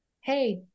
Hey